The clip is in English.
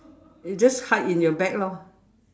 you just hide in your bag lor